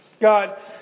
God